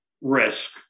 risk